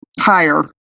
higher